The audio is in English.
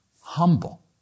humble